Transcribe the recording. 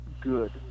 good